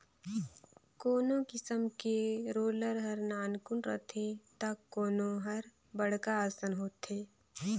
कोनो किसम के रोलर हर नानकुन रथे त कोनो हर बड़खा असन होथे